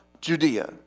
Judea